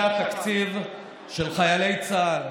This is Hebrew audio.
ואני חייב לומר שזה התקציב של חיילי צה"ל.